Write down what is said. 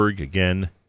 again